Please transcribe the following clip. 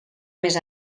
més